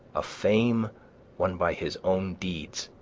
a fame won by his own deeds.